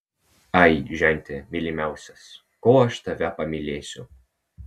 ai žente mylimiausias kuo aš tave pamylėsiu